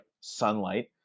sunlight